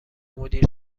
مدیر